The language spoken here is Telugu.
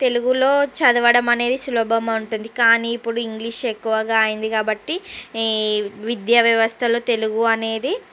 తెలుగులో చదవడం అనేది సులభం ఉంటుంది కానీ ఇప్పుడు ఇంగ్లీష్ ఎక్కువగా అయింది కాబట్టి ఈ విద్యా వ్యవస్థలో తెలుగు అనేది